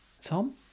tom